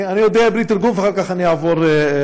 אני אדבר בלי תרגום, ואחר כך אני אעבור לערבית.